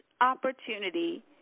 opportunity